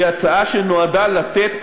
היא הצעה שנועדה לתת